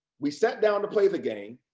we sat down to play the game,